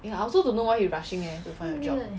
ya I also don't know why he rushing eh to find a job